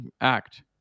act